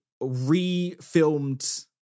re-filmed